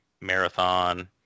Marathon